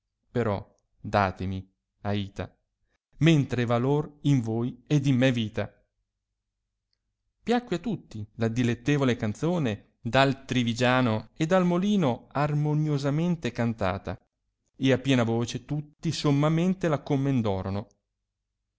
però datemi aita mentre è valor in voi ed in me vita piacque a tutti la dilettevole canzone dal trivigiano e dal molino armoniosamente cantata e a piena voce tutti sommamente la